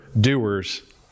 doers